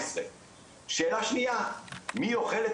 שאלה שנייה: מי אוכל,